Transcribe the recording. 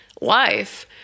life